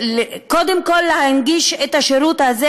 קודם כול כדי להנגיש את השירות הזה,